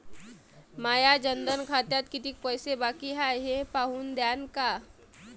माया जनधन खात्यात कितीक पैसे बाकी हाय हे पाहून द्यान का?